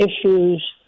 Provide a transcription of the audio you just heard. issues